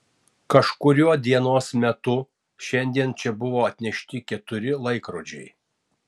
kažkuriuo dienos metu šiandien čia buvo atnešti keturi laikrodžiai